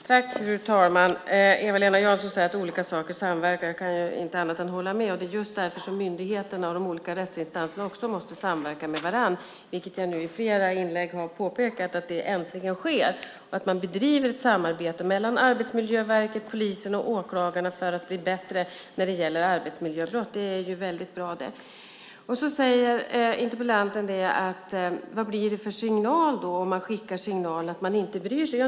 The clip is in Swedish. Fru talman! Eva-Lena Jansson säger att olika saker samverkar. Jag kan inte annat än hålla med. Det är just därför som myndigheterna och de olika rättsinstanserna måste samverka med varandra, vilket jag nu i flera inlägg har påpekat äntligen sker. Man bedriver ett samarbete mellan Arbetsmiljöverket, polisen och åklagarna för att bli bättre när det gäller arbetsmiljöbrott. Det är väldigt bra. Interpellanten undrar vad det blir för signal om man skickar en signal att man inte bryr sig.